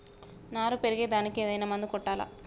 నారు పెరిగే దానికి ఏదైనా మందు కొట్టాలా?